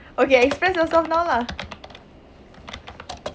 okay express yourself now lah